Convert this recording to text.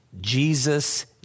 Jesus